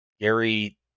Gary